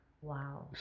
Wow